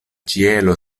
ĉielo